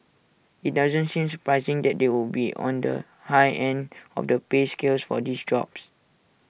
IT doesn't seem surprising that they would be on the high end of the pay scale for these jobs